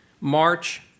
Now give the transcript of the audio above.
March